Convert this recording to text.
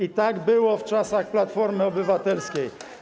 I tak było w czasach Platformy Obywatelskiej.